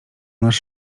nas